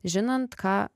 žinant ką